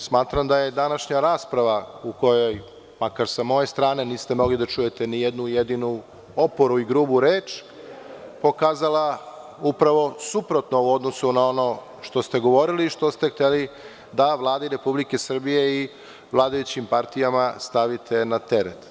Smatram da je današnja rasprava u kojoj, makar sa moje strane, niste mogli da čujete ni jednu jedinu oporu i grubu reč, pokazala upravo suprotno u odnosu na ono što ste govorili i što ste hteli da Vladi Republike Srbije i vladajućim partijama stavite na teret.